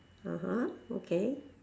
(uh huh) okay